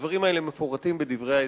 הדברים האלה מפורטים בדברי ההסבר,